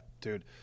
dude